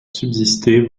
subsister